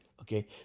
okay